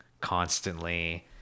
constantly